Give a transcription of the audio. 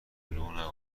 دروغ